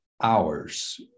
hours